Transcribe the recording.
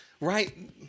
right